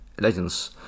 Legends